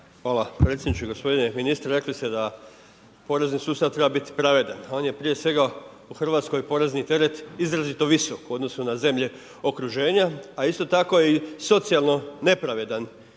(HSS)** Hvala predsjedniče. Gospodine ministre, rekli ste da porezni sustav treba biti pravedan, on je prije svega u Hrvatskoj porezni teret izrazito visok u odnosu na zemlje okruženja a isto tako socijalno nepravedan